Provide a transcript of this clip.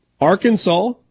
Arkansas